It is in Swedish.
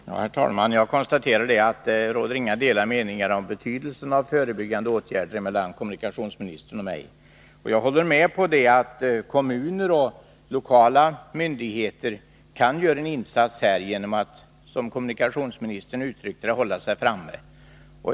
Herr talman! Jag konstaterar att det inte råder några delade meningar mellan kommunikationsministern och mig om betydelsen av förebyggande åtgärder, och jag håller med om att kommuner och lokala myndigheter kan göra en insats genom att, som kommunikationsministern uttryckte sig, hålla sig framme.